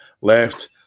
left